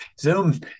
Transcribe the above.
Zoom